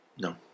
No